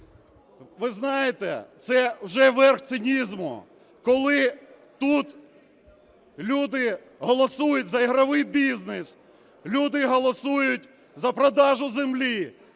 Ви знаєте, це вже верх цинізму, коли тут люди голосують за ігровий бізнес, люди голосують за продажу землі